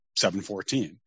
714